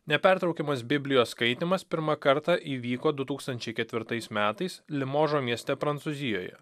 nepertraukiamas biblijos skaitymas pirmą kartą įvyko du tūkstančiai ketvirtais metais limožo mieste prancūzijoje